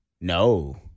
no